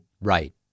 Right